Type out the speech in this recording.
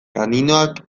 kaninoak